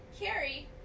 Carrie